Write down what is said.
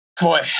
Boy